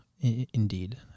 indeed